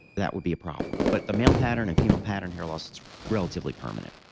that would be a problem but the male pattern and female pattern hair loss is relatively permanent,